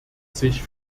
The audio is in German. sich